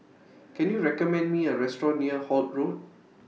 Can YOU recommend Me A Restaurant near Holt Road